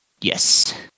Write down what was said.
Yes